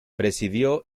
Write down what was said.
presidió